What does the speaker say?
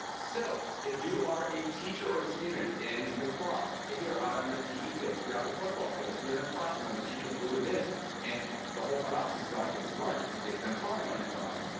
so if you are a teacher or a student in the quad, if you're out on the pe field, if you're at a football field, if you're in a classroom where the teacher blew a disk, and the whole front office is gone cause it's lunch, they couldn't call anyone in the front office,